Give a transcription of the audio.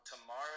tomorrow